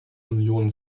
union